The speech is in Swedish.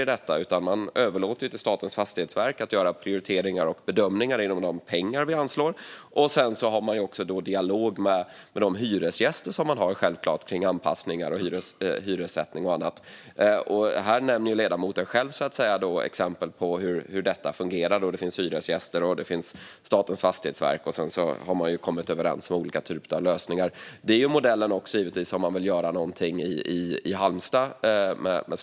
I stället överlåter man åt Statens fastighetsverk att göra prioriteringar och bedömningar inom ramen för de pengar vi anslår. Sedan har verket en dialog med sina hyresgäster om anpassningar, hyressättning och så vidare. Här nämner ledamoten själv exempel på hur detta fungerar. Det finns hyresgäster och Statens fastighetsverk, och de har kommit överens om olika typer av lösningar. Det är också modellen som används om man vill göra något med slottet i Halmstad.